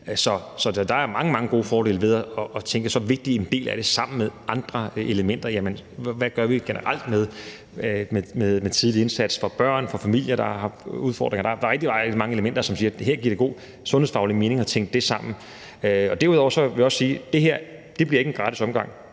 Så der er mange, mange gode fordele ved at tænke så vigtig en del af det sammen med andre elementer: Hvad gør vi generelt med tidlig indsats for børn, for familier, der har udfordringer, osv.? Der er rigtig mange elementer, som man kan sige at det giver god sundhedsfaglig mening at tænke det sammen med Derudover vil jeg sige, at det her ikke bliver en gratis omgang,